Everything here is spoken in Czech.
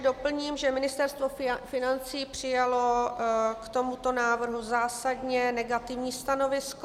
Doplním, že Ministerstvo financí přijalo k tomuto návrhu zásadně negativní stanovisko.